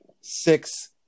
six